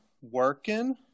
working